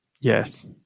Yes